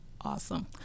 Awesome